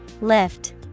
Lift